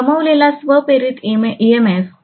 गमावलेला स्व प्रेरित ईएमएफ